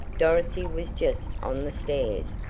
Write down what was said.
dorothy was just on the stairs.